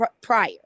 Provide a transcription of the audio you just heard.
prior